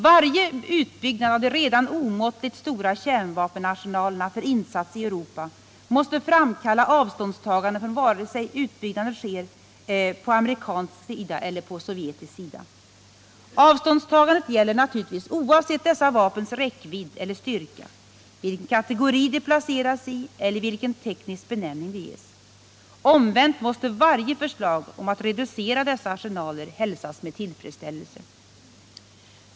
Varje utbyggnad av de redan omåttligt stora kärnvapenarsenalerna för insats i Europa måste framkalla avståndstagande vare sig utbyggnaden sker på amerikansk eller sovjetisk sida. Avståndstagandet gäller naturligtvis oavsett dessa vapens räckvidd eller styrka, vilken kategori de placeras i eller vilken teknisk benämning de ges. Omvänt måste varje förslag om att reducera dessa arsenaler hälsas med tillfredsställelse.